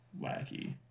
wacky